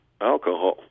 alcohol